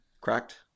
Cracked